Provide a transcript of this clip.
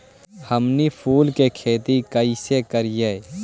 हमनी फूल के खेती काएसे करियय?